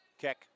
Keck